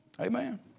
Amen